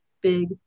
big